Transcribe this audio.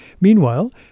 Meanwhile